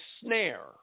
snare